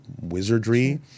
wizardry